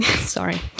sorry